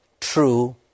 True